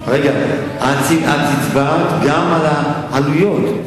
את הצבעת בעד העלויות,